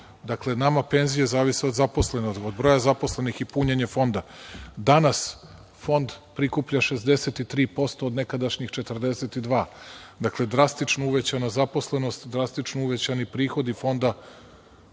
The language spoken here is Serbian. Dakle, nama penzije zavise od broja zaposlenih i punjenja fonda. Danas fond prikuplja 63% od nekadašnjih 42%. Dakle, drastično uvećana zaposlenost, drastično uvećani prihodi fonda,